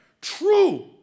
true